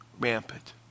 rampant